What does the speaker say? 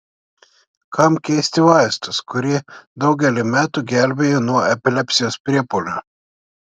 kam keisti vaistus kurie daugelį metų gelbėjo nuo epilepsijos priepuolių